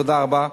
תודה רבה.